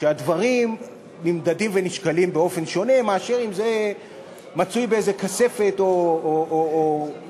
שהדברים נמדדים ונשקלים באופן שונה מאשר אם זה מצוי באיזו כספת או סגור,